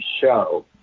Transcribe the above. show